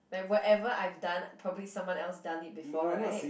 like whatever I've done probably someone else done it before right